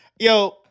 Yo